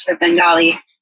Bengali